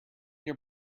your